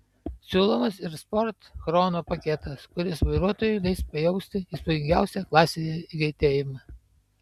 siūlomas ir sport chrono paketas kuris vairuotojui leis pajausti įspūdingiausią klasėje greitėjimą